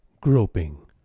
groping